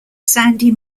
sandy